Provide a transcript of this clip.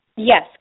Yes